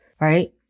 right